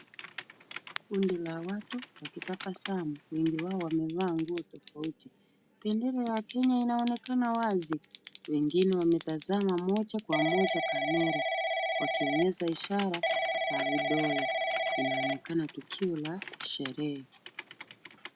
Kundi la watu wakitabasamu. Wengi wao wamevaa nguo tofauti. Bendera ya Kenya inaonekana wazi. Wengine wametazama moja kwa moja kamera, wakionyesha ishara za vidole. Inaonekana tukio la sherehe.